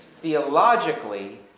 theologically